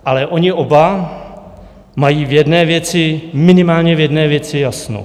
Ale oni oba mají v jedné věci, minimálně v jedné věci, jasno.